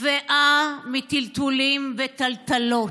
שבעה מטלטולים ומטלטלות,